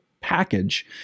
package